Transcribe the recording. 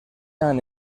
han